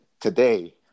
today